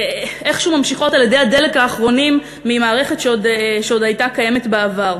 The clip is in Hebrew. איכשהו ממשיכות על אדי הדלק האחרונים ממערכת שעוד הייתה קיימת בעבר.